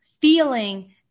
feeling